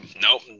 Nope